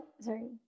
sorry